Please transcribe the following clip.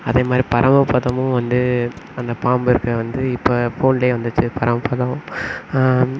அதே மாதிரி பரமப்பதமும் வந்து அந்த பாம்பு இருக்க வந்து இப்போ ஃபோன்லேயே வந்துடுச்சி பரமப்பதம்